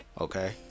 okay